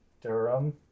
Durham